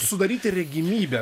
sudaryti regimybę